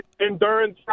endurance